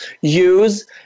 use